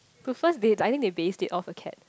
cause first they I think they based it off a cat